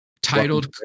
titled